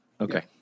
Okay